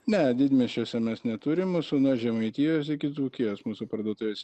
ne didmiesčiuose mes neturim mūsų nuo žemaitijos iki dzūkijos mūsų parduotuvės